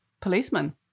Policeman